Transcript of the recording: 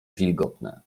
wilgotne